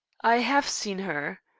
i have seen her.